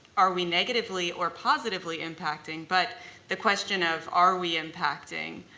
are we negatively or positively impacting? but the question of, are we impacting,